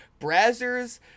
brazzers